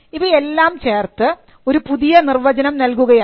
ഇവയെല്ലാം ചേർത്ത് ഒരു പുതിയ നിർവചനം നൽകുകയാണ്